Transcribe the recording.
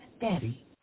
Daddy